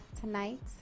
tonight